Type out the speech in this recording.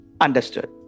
Understood